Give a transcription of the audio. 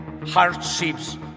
hardships